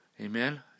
Amen